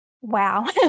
wow